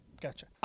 gotcha